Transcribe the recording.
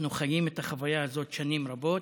אנחנו חיים את החוויה הזאת שנים רבות.